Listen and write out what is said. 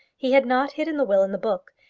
he had not hidden the will in the book.